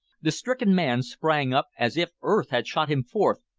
the stricken man sprang up as if earth had shot him forth,